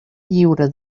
lliure